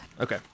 Okay